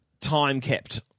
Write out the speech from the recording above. time-kept